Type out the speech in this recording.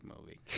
movie